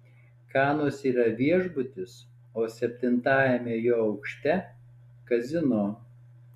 kanuose yra viešbutis o septintajame jo aukšte kazino